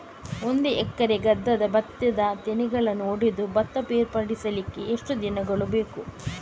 ಒಂದು ಎಕರೆ ಗದ್ದೆಯ ಭತ್ತದ ತೆನೆಗಳನ್ನು ಹೊಡೆದು ಭತ್ತ ಬೇರ್ಪಡಿಸಲಿಕ್ಕೆ ಎಷ್ಟು ದಿನಗಳು ಬೇಕು?